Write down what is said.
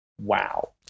wow